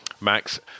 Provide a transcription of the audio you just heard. Max